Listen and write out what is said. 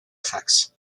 effects